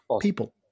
People